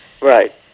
Right